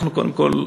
אנחנו, קודם כול,